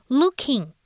looking